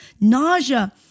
nausea